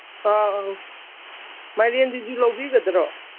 ꯑꯧ ꯃꯥꯏꯔꯦꯟꯁꯤꯗꯤ ꯂꯧꯕꯤꯒꯗ꯭ꯔꯣ